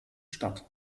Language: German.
statt